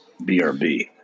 brb